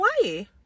Hawaii